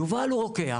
יובל הוא רוקח.